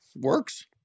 Works